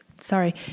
sorry